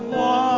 one